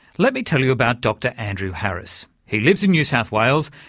let me tell you about dr andrew harris. he lives in new south wales,